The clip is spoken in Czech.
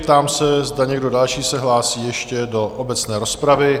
Ptám se, zda někdo další se hlásí ještě do obecné rozpravy?